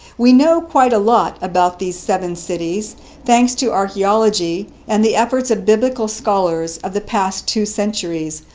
we know quite a lot about these seven cities thanks to archeology and the efforts of biblical scholars of the past two centuries,